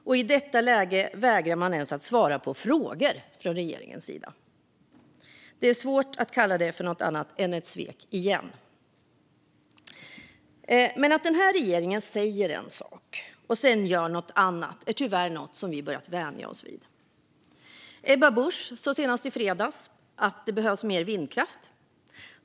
Och i detta läge vägrar regeringen att svara på frågor. Det är återigen svårt att kalla detta för något annat än ett svek. Att den här regeringen säger en sak och sedan gör något annat är tyvärr något som vi börjat vänja oss vid. Ebba Busch sa senast i fredags att det behövs mer vindkraft.